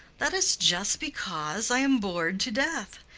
that is just because i am bored to death.